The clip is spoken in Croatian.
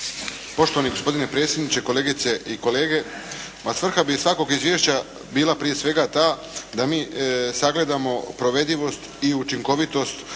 Poštovani gospodine predsjedniče, kolegice i kolege! Ma, svrha bi svakog izvješća bila prije svega ta da mi sagledamo provedivost i učinkovitost